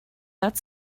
that